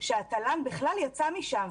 שהתל"ן בכלל יצא משם.